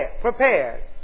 prepared